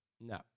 No